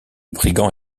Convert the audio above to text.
brigand